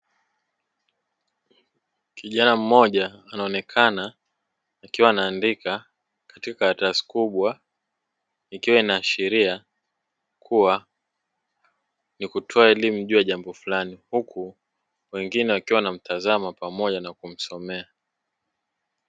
Kijana mmoja anaonekana akiwa anaandika katika karatasi kubwa ikiwa inaashiria kuwa ni kutoa elimu juu ya jambo fulani. Huku wengine wakiwa wanamtazama pamoja na kumsomea.